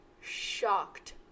shocked